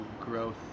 growth